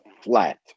flat